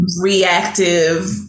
reactive